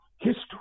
history